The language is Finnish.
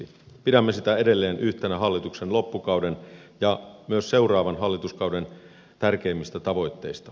pidämme sitä edelleen yhtenä hallituksen loppukauden ja myös seuraavan hallituskauden tärkeimmistä tavoitteista